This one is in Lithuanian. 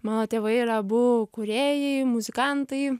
mano tėvai yra abu kūrėjai muzikantai